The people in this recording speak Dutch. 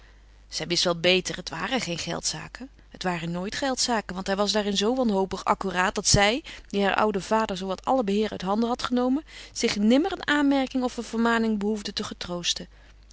zij wist wel beter het waren geen geldzaken het waren nooit geldzaken want hij was daarin zoo wanhopig accuraat dat zij die haar ouden vader zoowat alle beheer uit handen had genomen zich nimmer een aanmerking of een vermaning behoefde te getroosten